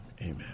Amen